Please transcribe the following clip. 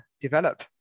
develop